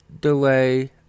delay